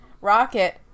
rocket